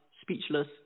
speechless